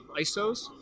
ISOs